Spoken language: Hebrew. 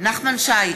נחמן שי,